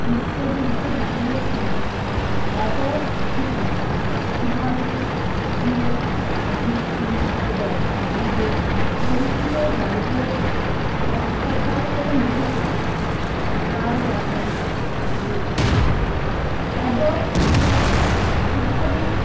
বিশ্বযুদ্ধ দ্বিতীয়র সময় অ্যাডলফ হিটলার কীভাবে জিউ জিপসিস এবং নিজের পলিটিক্যাল রাইভালদের অত্যাচার করে মেরে ফেলেছিলো তার ব্যাপারে লেখা আছে অ্যাডলফ হিটলার কীভাবে